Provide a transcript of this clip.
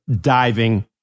diving